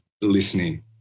listening